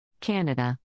Canada